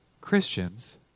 Christians